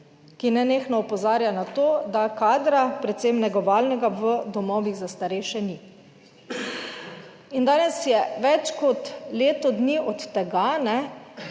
ki nenehno opozarja na to, da kadra, predvsem negovalnega, v domovih za starejše ni. In danes je več kot leto dni od tega